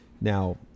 Now